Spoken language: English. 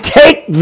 take